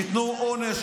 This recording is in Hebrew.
תיתנו עונש,